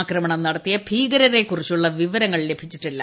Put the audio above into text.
ആക്രമണം നടത്തിയ ഭീകരെക്കുറിച്ചുള്ള വിവരങ്ങൾ ് ലഭിച്ചിട്ടില്ല